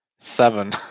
Seven